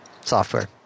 Software